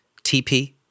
TP